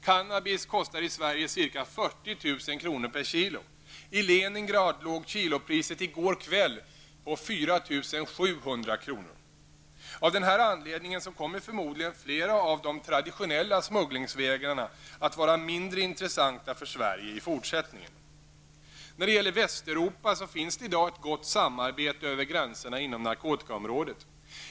Cannabis kostar i Sverige ca 40 000 Av den anledningen kommer förmodligen flera av de traditionella smugglingsvägarna att vara mindre intressanta för Sverige i fortsättningen. När det gäller Västeuropa finns det i dag ett gott samarbete över gränserna inom narkotikaområdet.